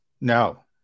No